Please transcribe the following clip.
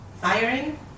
firing